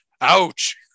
Ouch